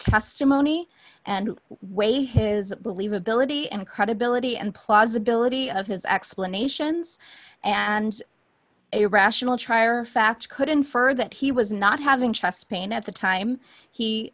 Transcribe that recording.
testimony and weigh his believability and credibility and plausibility of his explanations and irrational trier facts could infer that he was not having chest pain at the time he